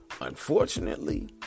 unfortunately